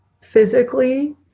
physically